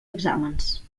exàmens